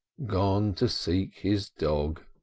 gone to seek his dog,